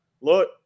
look